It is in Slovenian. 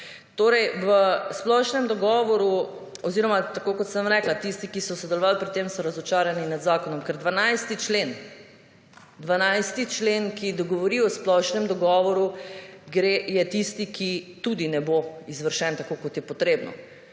Torej v splošnem dogovoru oziroma tako kot sem rekla, tisti, ki so sodelovali pri tem, so razočarani nad zakonom. Ker 12. člen, 12. člen, ki govori o splošnem dogovoru, je tisti, ki tudi ne bo izvršen tako kot je potrebno.